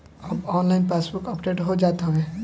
अब online passbook update हो जात हवे